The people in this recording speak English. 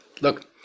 Look